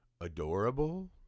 adorable